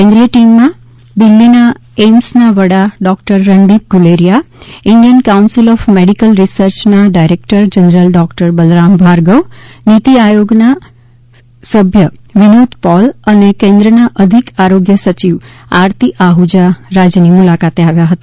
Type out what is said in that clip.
કેન્દ્રિય ટિમમાં દિલ્લીની એઈમ્સના વડા doctor Randeep Guleria Indian council of medical રિસર્ચના director general doctor Balram Bhargava NITI Aayog ના સભ્ય વિનોદ પોલ અને કેન્દ્ર ના અધિક આરોગ્ય સચિવ આરતી આહુજા રાજ્યની મુલાકાતે આવ્યા હતા